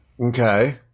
Okay